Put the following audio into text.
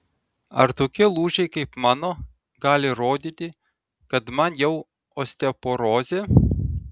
ar tokie lūžiai kaip mano gali rodyti kad man jau osteoporozė